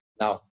Now